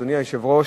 אדוני היושב-ראש,